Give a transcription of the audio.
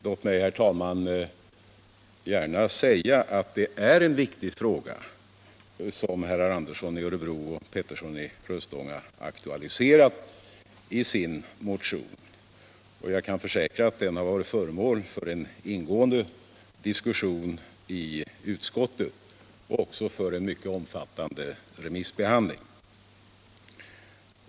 Jag vill gärna, herr talman, säga att det är en viktig fråga som herrar Andersson i Örebro och Petersson i Röstånga har aktualiserat i sin motion, och jag kan försäkra att den varit föremål för ingående diskussion i utskottet och för en mycket omfattande remissbehandling.